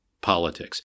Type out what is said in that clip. politics